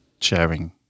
sharing